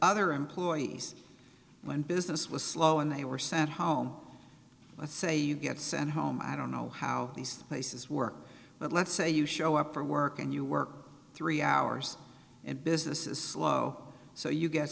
other employees when business was slow and they were sent home let's say you get sent home i don't know how these things work but let's say you show up for work and you work three hours and business is slow so you g